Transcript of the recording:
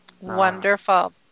Wonderful